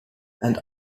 and